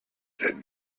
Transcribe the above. that